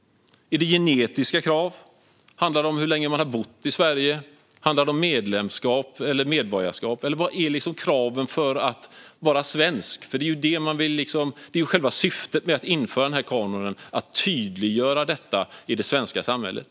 Är det genetiska krav? Handlar det om hur länge man har bott i Sverige? Handlar det om medlemskap eller medborgarskap? Vilka är kraven för att vara svensk? Själva syftet med att införa kanon är att tydliggöra dessa frågor i det svenska samhället.